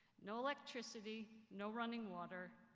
no electricity, no running water,